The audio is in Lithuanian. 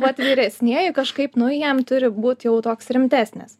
vat vyresnieji kažkaip nu jiem turi būt jau toks rimtesnės